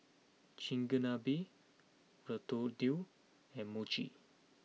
Chigenabe Ratatouille and Mochi